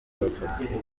bapfaga